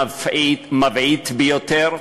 מבעית ביותר,